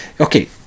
okay